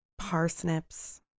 Parsnips